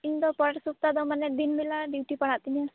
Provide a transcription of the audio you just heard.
ᱤᱧᱫᱚ ᱯᱚᱨ ᱥᱚᱯᱛᱟᱫᱚ ᱢᱟᱱᱮ ᱫᱤᱱᱵᱮᱞᱟ ᱰᱤᱣᱩᱴᱤ ᱯᱟᱲᱟᱜ ᱛᱤᱧᱟᱹ